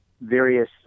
various